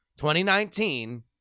2019